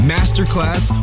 Masterclass